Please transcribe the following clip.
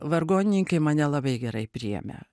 vargonininkai mane labai gerai priėmė